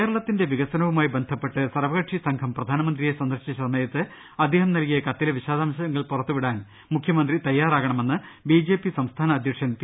കേരളത്തിന്റെ വികസനവുമായി ബന്ധപ്പെട്ട് സർവ്വകക്ഷി സംഘം പ്രധാനമന്ത്രിയെ സന്ദർശിച്ച സമയത്ത് അദ്ദേഹം നൽകിയ കത്തിലെ വിശദാംശങ്ങൾ പുറത്തു വിടാൻ മുഖ്യമന്ത്രി തയാറാകണമെന്ന് ബിജെപി സംസ്ഥാന അധ്യക്ഷൻ പി